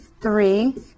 three